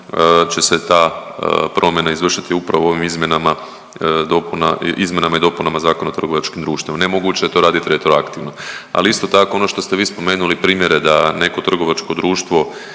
će se ta promjena izvršiti upravo ovim izmjenama dopuna, izmjenama i dopunama Zakona o trgovačkim društvima. Nemoguće je to raditi retroaktivno, ali isto tako ono što ste vi spomenuli primjere da neko trgovačko društvo